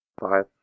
Five